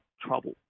trouble